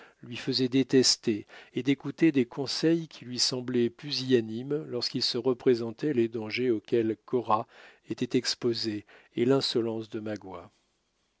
lui faisait détester et d'écouter des conseils qui lui semblaient pusillanimes lorsqu'il se représentait les dangers auxquels cora était exposée et l'insolence de magua